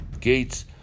gates